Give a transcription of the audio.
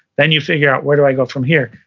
then you figure out where do i go from here?